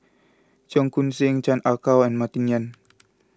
Cheong Koon Seng Chan Ah Kow and Martin Yan